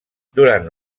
durant